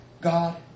God